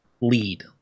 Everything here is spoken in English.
lead